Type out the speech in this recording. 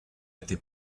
était